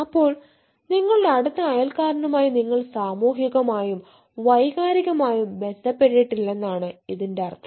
അപ്പോൾ നിങ്ങളുടെ അടുത്ത അയൽക്കാരുമായി നിങ്ങൾ സാമൂഹികമായും വൈകാരികമായും ബന്ധപ്പെട്ടിട്ടില്ലെന്നാണ് ഇതിന്റെ അർത്ഥം